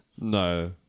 No